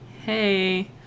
hey